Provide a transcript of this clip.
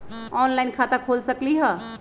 Online खाता खोल सकलीह?